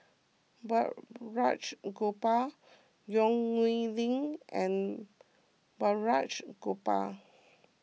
Balraj Gopal Yong Nyuk Lin and Balraj Gopal